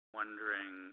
wondering